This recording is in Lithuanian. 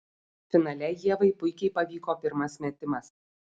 finale ievai puikiai pavyko pirmas metimas